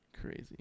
crazy